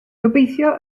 gobeithio